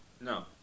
No